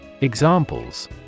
Examples